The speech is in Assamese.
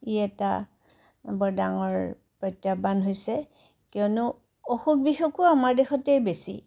ই এটা বৰ ডাঙৰ প্ৰত্যাহ্বান হৈছে কিয়নো অসুখ বিসুখো আমাৰ দেশতেই বেছি